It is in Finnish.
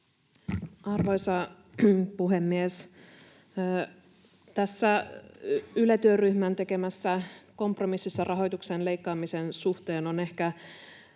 Arvoisa puhemies! Tässä Yle-työryhmän tekemässä kompromississa rahoituksen leikkaamisen suhteen on ehkä